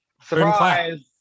Surprise